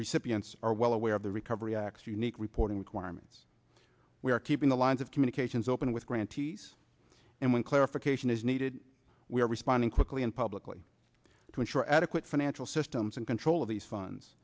recipients are well aware of the recovery act unique reporting requirements we are keeping the lines of communications open with grantees and when clarification is needed we are responding quickly and publicly to ensure adequate financial systems and control of these funds